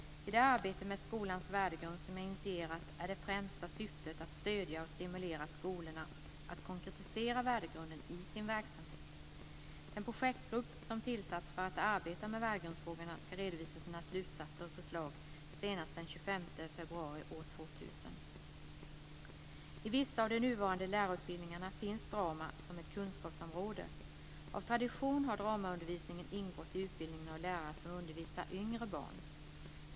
I det arbete med skolans värdegrund, som jag initierat, är det främsta syftet att stödja och stimulera skolorna att konkretisera värdegrunden i sin verksamhet. Den projektgrupp som tillsatts för att arbeta med värdegrundsfrågorna ska redovisa sina slutsatser och förslag senast den 25 februari år 2000. I vissa av de nuvarande lärarutbildningarna finns drama som ett kunskapsområde. Av tradition har dramaundervisningen ingått i utbildningen av lärare som undervisar yngre barn.